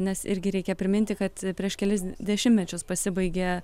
nes irgi reikia priminti kad prieš kelis dešimtmečius pasibaigė